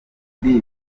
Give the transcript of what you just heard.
ibi